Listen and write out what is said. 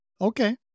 Okay